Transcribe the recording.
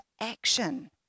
action